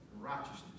righteousness